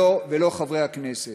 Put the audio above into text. ולא חברי הכנסת.